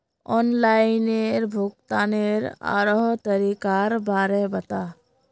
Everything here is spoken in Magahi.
ऑनलाइन भुग्तानेर आरोह तरीकार बारे बता